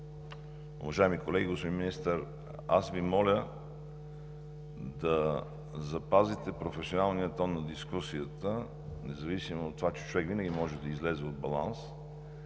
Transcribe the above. уважаеми колеги! Господин Министър, моля Ви да запазите професионалния тон на дискусията, независимо от това, че човек винаги може да излезе от баланс,